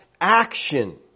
action